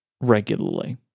regularly